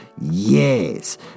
Yes